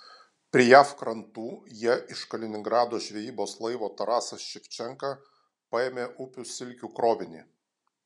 prie jav krantų jie iš kaliningrado žvejybos laivo tarasas ševčenka paėmė upių silkių krovinį